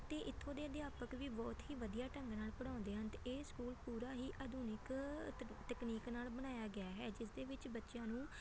ਅਤੇ ਇੱਥੋਂ ਦੇ ਅਧਿਆਪਕ ਵੀ ਬਹੁਤ ਹੀ ਵਧੀਆ ਢੰਗ ਨਾਲ ਪੜ੍ਹਾਉਂਦੇ ਹਨ ਅਤੇ ਇਹ ਸਕੂਲ ਪੂਰਾ ਹੀ ਆਧੁਨਿਕ ਤਕ ਤਕਨੀਕ ਨਾਲ ਬਣਾਇਆ ਗਿਆ ਹੈ ਜਿਸ ਦੇ ਵਿੱਚ ਬੱਚਿਆਂ ਨੂੰ